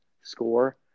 score